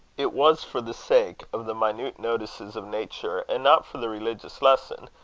it was for the sake of the minute notices of nature, and not for the religious lesson,